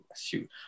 shoot